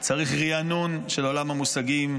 צריך ריענון של עולם המושגים,